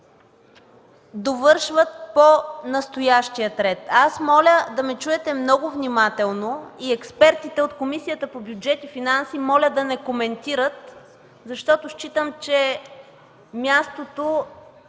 довършват по настоящия ред. Аз моля да ме чуете много внимателно и експертите от Комисията по бюджет и финанси моля да не коментират, защото считам, че мястото,